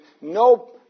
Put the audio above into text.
no